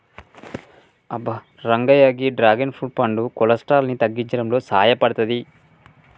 అబ్బ రంగయ్య గీ dragon fruit పండు కొలెస్ట్రాల్ ని తగ్గించడంలో సాయపడతాది